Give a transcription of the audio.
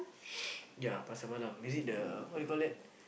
ya pasar malam is it the what you call that